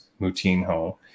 Moutinho